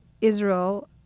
Israel